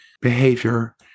behavior